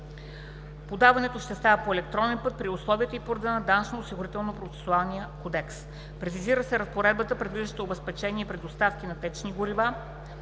Подаването ще става по електронен път при условията и по реда на Данъчно-осигурителния процесуален кодекс. Прецизира се разпоредбата, предвиждаща обезпечение при доставки на течни горива,